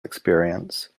experience